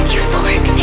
Euphoric